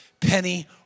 Penny